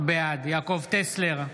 בעד יעקב טסלר,